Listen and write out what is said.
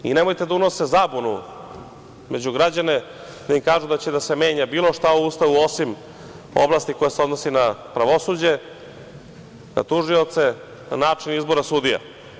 Nemojte da unose zabunu među građane, da im kažu da će da se menja bilo šta u Ustavu osim oblasti koja se odnosi na pravosuđe, na tužioce, na način izbora sudija.